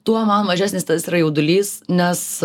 tuo man mažesnis tas yra jaudulys nes